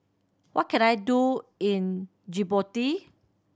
what can I do in Djibouti